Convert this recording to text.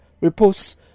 reports